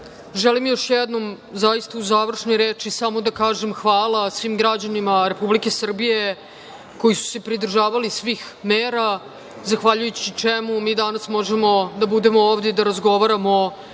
Želim još jednom u završnoj reči samo da kažem hvala svim građanima Republike Srbije koji su se pridržavali svih mera, zahvaljujući čemu mi danas možemo da budemo ovde i da razgovaramo